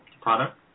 product